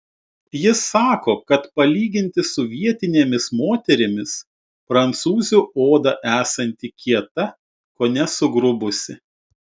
jis sako kad palyginti su vietinėmis moterimis prancūzių oda esanti kieta kone sugrubusi